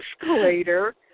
escalator